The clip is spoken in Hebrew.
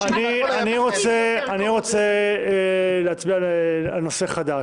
והכול היה בסדר --- אני רוצה להצביע על נושא חדש.